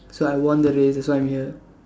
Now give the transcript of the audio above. so I won the race that's why I'm here